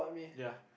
ya